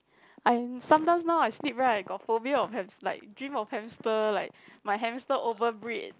I'm sometimes now I sleep right got phobia of hams~ like dream of hamster like my hamster overbreed